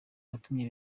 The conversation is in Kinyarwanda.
watumye